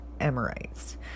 Emirates